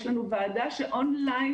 יש לנו ועדה שאון-ליין,